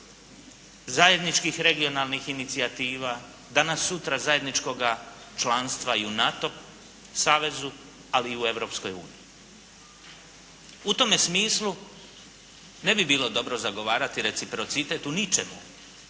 zajedničkih regionalnih inicijativa, danas sutra zajedničkoga članstva i u NATO saveza ali i u Europskoj uniji. U tome smislu ne bi bilo dobro zagovarati reciprocitet u ničemu,